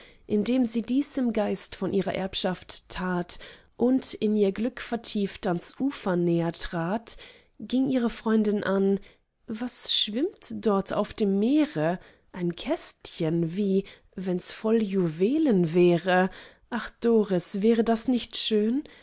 indem sie dies im geist von ihrer erbschaft tat und in ihr glück vertieft ans ufer näher trat fing ihre freundin an was schwimmt dort auf dem meere ein kästchen wie wenns voll juwelen wäre ach doris wäre das nicht schön